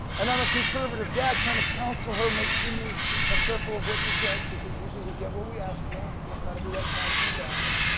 and i'm a conservative dad trying to counsel her, make sure you are careful of what you get, because usually we get what we ask for. and i'll try to be that counselling and dad,